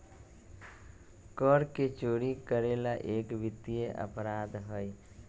कर के चोरी करे ला एक वित्तीय अपराध हई